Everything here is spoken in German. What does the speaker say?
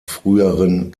früheren